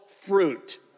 fruit